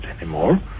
anymore